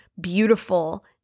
beautiful